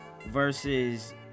versus